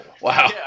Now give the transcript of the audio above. Wow